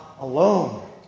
alone